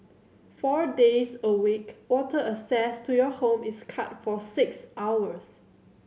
four days a week water access to your home is cut for six hours